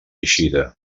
eixida